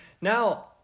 Now